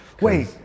wait